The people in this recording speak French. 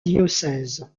diocèse